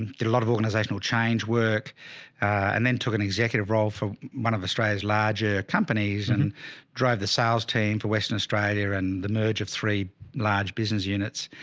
did a lot of organizational change work and then took an executive role for one of australia's larger companies and drive the sales team for western australia and the merge of three large business units.